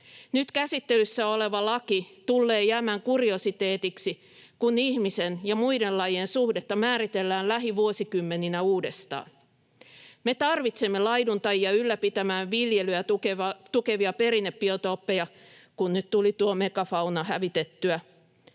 Nyt käsittelyssä oleva laki tullee jäämään kuriositeetiksi, kun ihmisen ja muiden lajien suhdetta määritellään lähivuosikymmeninä uudestaan. Me tarvitsemme laiduntajia ylläpitämään viljelyä tukevia perinnebiotooppeja, kun nyt tuli tuo megafauna hävitettyä,